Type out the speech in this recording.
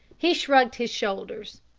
he shrugged his shoulders.